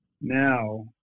now